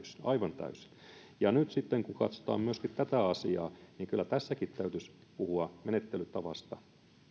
aivan täysin nyt sitten kun katsotaan myöskin tätä asiaa niin kyllä tässäkin täytyisi puhua menettelytavasta